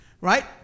right